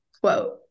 quote